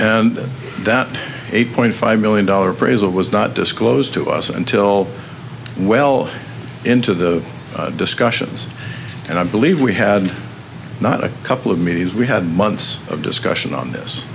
and that eight point five million dollars raise it was not disclosed to us until well into the discussions and i believe we had not a couple of meetings we had months of discussion on this